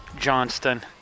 Johnston